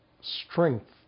strength